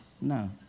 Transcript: No